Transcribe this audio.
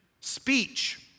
speech